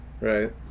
Right